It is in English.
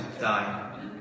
die